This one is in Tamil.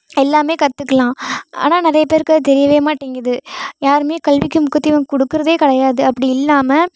எல்லாமே கற்றுக்கலாம் ஆனால் நிறைய பேருக்கு அது தெரியவே மாட்டேங்குது யாருமே கல்விக்கு முக்கியத்துவம் கொடுக்கறதே கிடையாது அப்படி இல்லாமல்